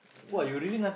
ya